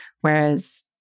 Whereas